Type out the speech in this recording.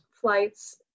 flights